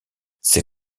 ces